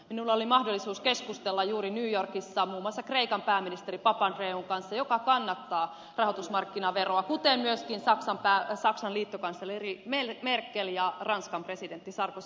minulla oli mahdollisuus keskustella juuri new yorkissa muun muassa kreikan pääministeri papandreoun kanssa joka kannattaa rahoitusmarkkinaveroa kuten myöskin saksan liittokansleri merkel ja ranskan presidentti sarkozy